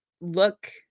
look